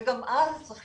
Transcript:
וגם אז צריך